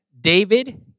David